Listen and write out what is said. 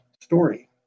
story